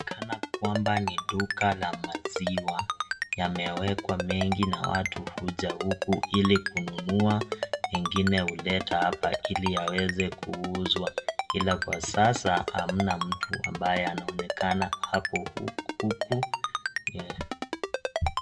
Kana kwamba ni duka la maziwa yamewekwa mengi na watu huja huku ili kununua wengine huleta hapa ili yaweze kuuzwa ila kwa sasa hamna mtu ambaye anaonekana apo huku.